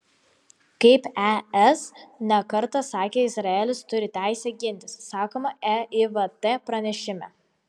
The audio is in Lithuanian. kaip es ne kartą sakė izraelis turi teisę gintis sakoma eivt pranešime